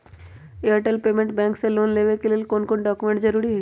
Airtel payments bank से loan लेवे के ले कौन कौन डॉक्यूमेंट जरुरी होइ?